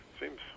seems